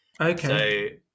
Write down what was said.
Okay